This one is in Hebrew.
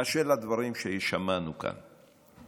באשר לדברים ששמענו כאן,